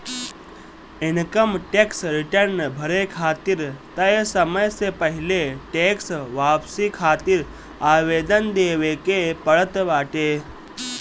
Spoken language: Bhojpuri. इनकम टेक्स रिटर्न भरे खातिर तय समय से पहिले टेक्स वापसी खातिर आवेदन देवे के पड़त बाटे